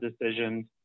decisions